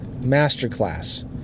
masterclass